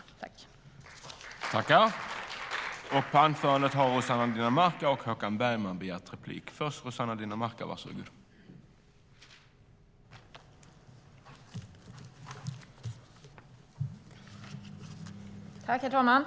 I detta anförande instämde Michael Svensson .